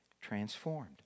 transformed